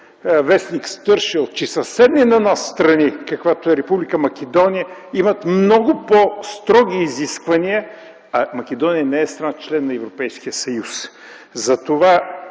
във в. „Стършел”, че с едни на нас страни, каквато е Република Македония, имат много по-строги изисквания, а Македония не е страна - член на Европейския съюз.